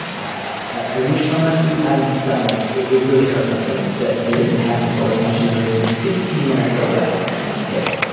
and i wish so much that you hadn't done this. it really hurt my feelings that i didn't have your full attention during the fifteen minutes that a wedding ceremony takes.